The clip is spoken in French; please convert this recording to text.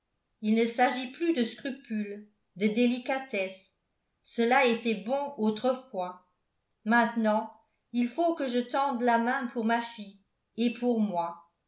il ne s'agit plus de scrupules de délicatesse cela était bon autrefois maintenant il faut que je tende la main pour ma fille et pour moi